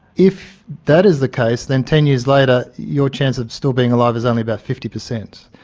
if that is the case then ten years later your chance of still being alive is only about fifty percent.